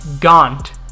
gaunt